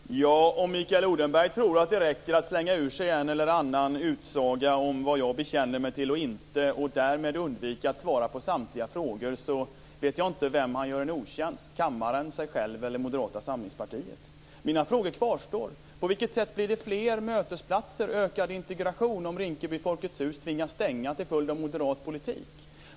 Herr talman! Om Mikael Odenberg tror att det räcker att slänga ur sig en eller annan utsaga om vad jag bekänner mig till eller inte och därmed undvika att svara på samtliga frågor vet jag inte vem han gör en otjänst, kammaren, sig själv eller Moderata samlingspartiet. Mina frågor kvarstår. På vilket sätt blir det fler mötesplatser och ökad integration som Rinkeby Folkets hus tvingas stänga till följd av moderat politik?